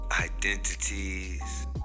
Identities